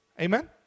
Amen